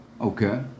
Okay